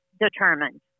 determined